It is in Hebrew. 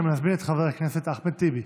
אני מזמין את חבר הכנסת אחמד טיבי.